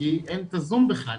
כי אין את הזום בכלל,